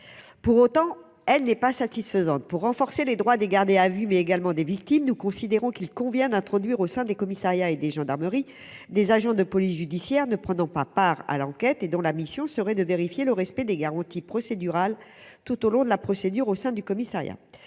Pour autant, elle n'est pas satisfaisante. Pour renforcer les droits des gardés à vue, mais également des victimes, il convient d'introduire au sein des commissariats et des gendarmeries des agents de police judiciaire ne prenant pas part à l'enquête, et dont la mission serait de vérifier le respect des garanties procédurales tout au long de la garde à vue. Nous considérons,